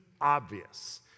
obvious